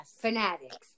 fanatics